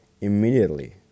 immediately